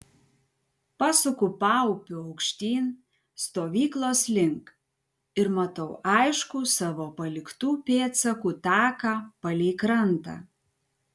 pasuku paupiu aukštyn stovyklos link ir matau aiškų savo paliktų pėdsakų taką palei krantą